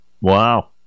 Wow